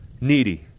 needy